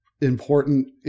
important